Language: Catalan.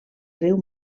riu